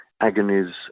agonies